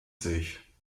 sich